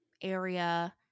area